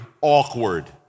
awkward